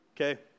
okay